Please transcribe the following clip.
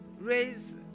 raise